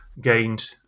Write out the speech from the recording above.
gained